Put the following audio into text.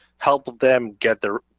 help them get their,